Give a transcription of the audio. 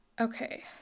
okay